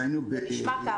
זה נשמע כך.